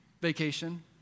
Vacation